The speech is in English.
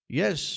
yes